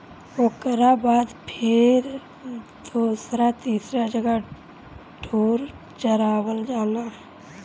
ओकरा बाद फेर दोसर तीसर जगह ढोर चरावल जाला